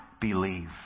believe